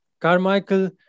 Carmichael